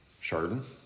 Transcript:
Chardon